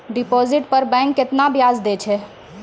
Deposit पर bank केतना ब्याज दै छै?